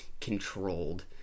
controlled